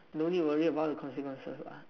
no need worry about the consequences ah